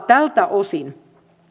tältä osin